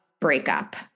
breakup